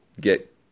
get